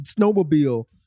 snowmobile